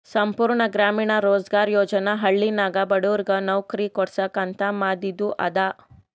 ಸಂಪೂರ್ಣ ಗ್ರಾಮೀಣ ರೋಜ್ಗಾರ್ ಯೋಜನಾ ಹಳ್ಳಿನಾಗ ಬಡುರಿಗ್ ನವ್ಕರಿ ಕೊಡ್ಸಾಕ್ ಅಂತ ಮಾದಿದು ಅದ